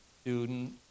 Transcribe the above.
student